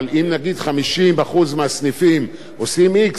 אבל אם נגיד 50% מהסניפים עושים x,